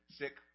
sick